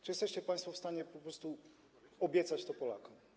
Czy jesteście państwo w stanie po prostu obiecać to Polakom?